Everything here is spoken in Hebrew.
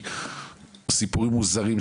אני מציע,